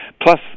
Plus